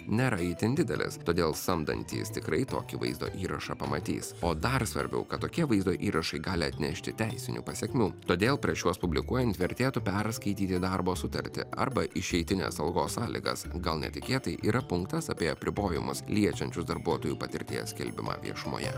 nėra itin didelis todėl samdantys tikrai tokį vaizdo įrašą pamatys o dar svarbiau kad tokie vaizdo įrašai gali atnešti teisinių pasekmių todėl prieš juos publikuojant vertėtų perskaityti darbo sutartį arba išeitines algos sąlygas gal netikėtai yra punktas apie apribojimus liečiančius darbuotojų patirties skelbimą viešumoje